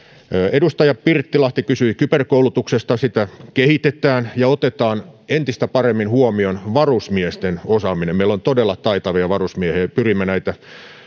edustaja pirttilahti kysyi kyberkoulutuksesta sitä kehitetään ja otetaan entistä paremmin huomioon varusmiesten osaaminen meillä on todella taitavia varusmiehiä ja pyrimme näitä